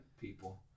people